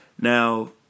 Now